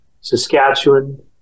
Saskatchewan